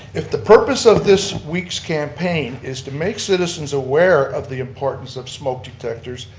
if the purpose of this week's campaign is to make citizens aware of the importance of smoke detectors,